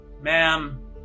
Ma'am